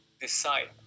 decide